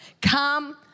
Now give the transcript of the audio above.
Come